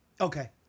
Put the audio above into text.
Okay